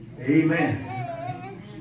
Amen